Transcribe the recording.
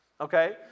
Okay